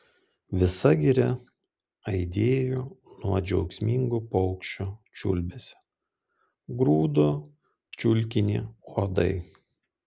visa giria aidėjo nuo džiaugsmingo paukščių čiulbesio grūdo čiulkinį uodai